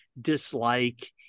dislike